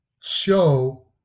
show